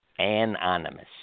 anonymous